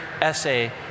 essay